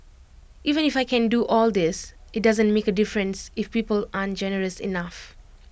even if I can do all this IT doesn't make A difference if people aren't generous enough